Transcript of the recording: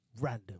Random